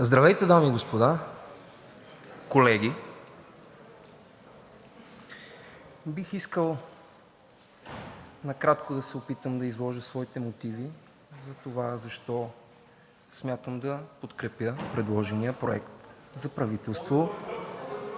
Здравейте, дами и господа, колеги! Бих искал накратко да се опитам да изложа своите мотиви за това защо смятам да подкрепя предложения проект за правителство